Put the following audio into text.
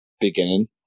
beginning